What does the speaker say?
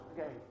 Okay